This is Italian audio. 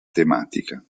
tematica